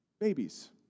babies